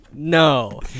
No